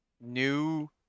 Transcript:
new